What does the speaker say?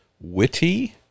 witty